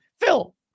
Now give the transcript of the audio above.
Phil